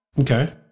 Okay